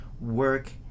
work